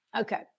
Okay